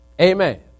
Amen